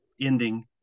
ending